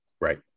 right